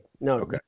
No